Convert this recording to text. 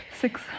Six